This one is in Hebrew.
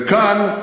וכאן,